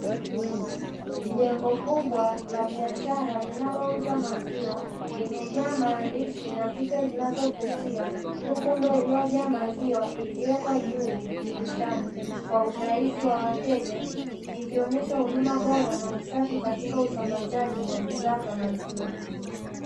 Jengo kubwa la biashara linalouza maziwa, limejaa maandishi na picha zinazovutia, huku ndoo iliyojaa maziwa ikiwekwa juu dirishani, kwa urahisi wa wateja. Ikionyesha huduma bora na usafi katika usambazaji wa bidhaa za maziwa.